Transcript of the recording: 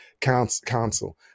Council